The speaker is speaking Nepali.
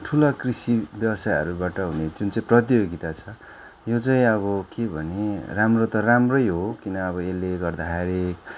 ठुलो कृषि व्यवसायहरूबाट हुने जुन चाहिँ प्रतियोगिता छ यो चाहिँ अब के भने राम्रो त राम्रै हो किन अब यसले गर्दाखेरि